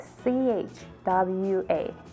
c-h-w-a